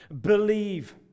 believe